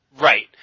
Right